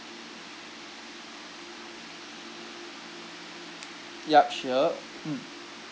yup sure mm